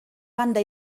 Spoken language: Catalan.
banda